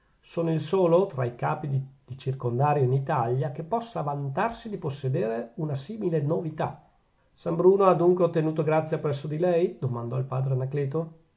sono il solo tra i capi di circondario in italia che possa vantarsi di possedere una simile novità san bruno ha adunque ottenuto grazia presso di lei domandò il padre anacleto